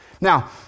Now